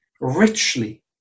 richly